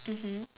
mmhmm